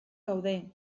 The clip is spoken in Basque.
gaude